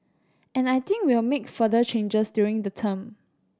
and I think we will make further changes during the term